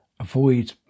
avoid